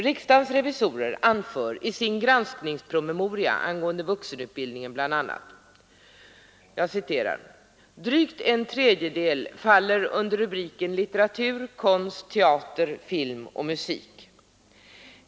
Riksdagens revisorer anför i sin granskningspromemoria angående vuxenutbildningen bl.a.: ”Drygt en tredjedel faller under rubriken Litteratur, konst, teater, film och musik.